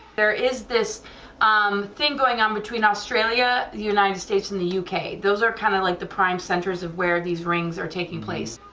there is this um thing going on between australia, the united states and the u. k, those are kind of like the prime centers of where these rings are taking place,